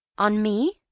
on me?